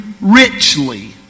richly